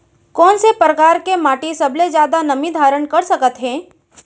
कोन से परकार के माटी सबले जादा नमी धारण कर सकत हे?